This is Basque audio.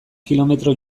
kilometro